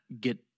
get